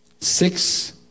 Six